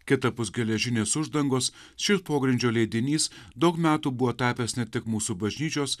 kitapus geležinės uždangos šis pogrindžio leidinys daug metų buvo tapęs ne tik mūsų bažnyčios